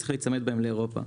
צריך להיצמד לאירופה.